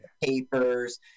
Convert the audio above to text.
papers